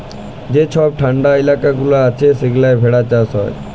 যে ছব ঠাল্ডা ইলাকা গুলা আছে সেখালে ভেড়া চাষ হ্যয়